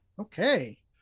Okay